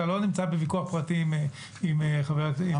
אתה לא נמצא בוויכוח פרטי עם חבר הכנסת שיין